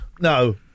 no